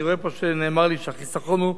אני רואה פה שנאמר לי שהחיסכון הוא,